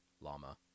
Lama